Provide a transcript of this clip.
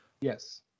Yes